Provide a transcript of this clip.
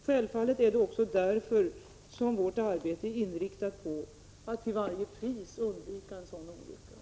Självfallet är det också därför som vårt arbete är inriktat på att till varje pris undvika en sådan olycka.